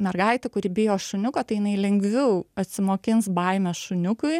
mergaitė kuri bijo šuniuko tai jinai lengviau atsimokins baimės šuniukui